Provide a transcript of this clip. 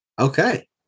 Okay